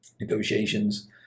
negotiations